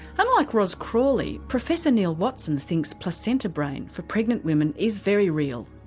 unlike ros crawley, professor neil watson thinks placenta brain for pregnant women is very real.